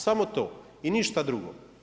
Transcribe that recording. Samo to i ništa drugo.